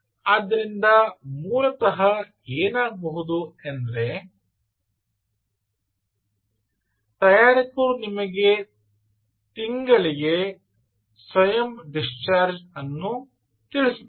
ಆದ್ದರಿಂದ ಮೂಲತಃ ಏನಾಗಬಹುದು ಅಂದರೆ ತಯಾರಕರು ನಿಮಗೆ ತಿಂಗಳಿಗೆ ಸ್ವಯಂ ಡಿಸ್ಚಾರ್ಜ್ ಅನ್ನು ತಿಳಿಸುತ್ತಾರೆ